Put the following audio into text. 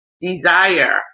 desire